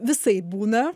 visaip būna